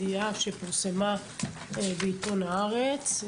העבירה (תיקון - הרחבת סמכות בית המשפט בנושא קטינים),